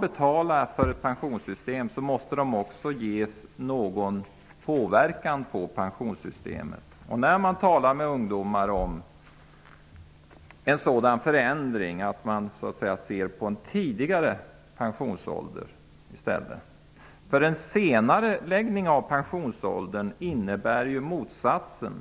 betala för ett pensionssystem, måste de också ges möjlighet att påverka pensionssystemet. Man kan tala med ungdomarna om att införa en tidigare pensionsålder. En senareläggning av pensionsåldern skulle innebära motsatsen.